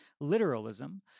literalism